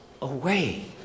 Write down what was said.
away